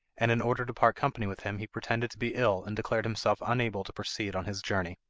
and in order to part company with him he pretended to be ill and declared himself unable to proceed on his journey.